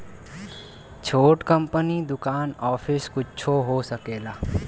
छोट कंपनी दुकान आफिस कुच्छो हो सकेला